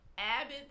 Abbott